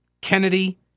Kennedy